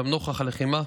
אולם נוכח הלחימה,